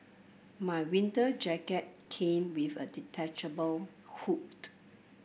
my winter jacket came with a detachable hood